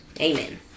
Amen